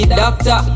doctor